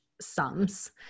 sums